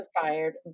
fired